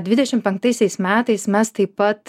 dvidešim penktaisiais metais mes taip pat